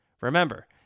Remember